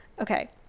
okay